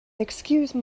excuse